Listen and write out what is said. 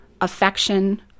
affection